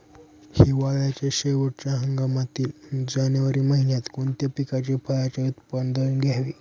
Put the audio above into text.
हिवाळ्याच्या शेवटच्या हंगामातील जानेवारी महिन्यात कोणत्या पिकाचे, फळांचे उत्पादन घ्यावे?